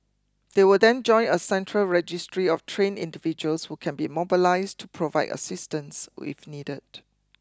they will then join a central registry of trained individuals who can be mobilised to provide assistance if needed